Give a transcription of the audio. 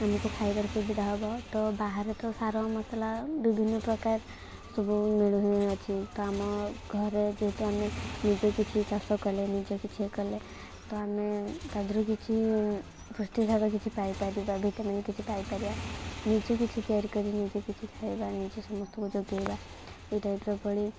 ଆମକୁ ଖାଇବାର ସୁବିଧା ହବ ତ ବାହାରେ ତ ସାର ମସଲା ବିଭିନ୍ନ ପ୍ରକାର ସବୁ ମିଳୁଅଛି ତ ଆମ ଘରେ ଯେହେତୁ ଆମେ ନିଜେ କିଛି ଚାଷ କଲେ ନିଜେ କିଛି କଲେ ତ ଆମେ ତା ଦେହରୁ କିଛି ସୃଷ୍ଟିସାର କିଛି ପାଇପାରିବା ଭିଟାମିନ୍ କିଛି ପାଇପାରିବା ନିଜେ କିଛି ତିଆରି କରି ନିଜେ କିଛି ଖାଇବା ନିଜେ ସମସ୍ତଙ୍କୁ ଯୋଗାଇବା ଏଇ ଟାଇପ୍ର ଭଳି